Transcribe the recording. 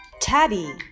Teddy